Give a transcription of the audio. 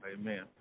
Amen